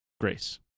grace